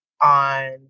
on